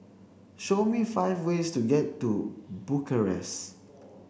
show me five ways to get to Bucharest